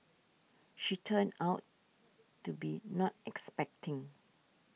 she turned out to be not expecting